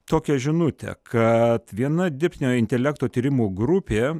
tokią žinutę kad viena dirbtinio intelekto tyrimų grupė